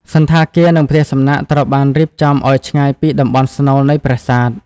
សណ្ឋាគារ និងផ្ទះសំណាក់ត្រូវបានរៀបចំឱ្យឆ្ងាយពីតំបន់ស្នូលនៃប្រាសាទ។